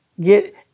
get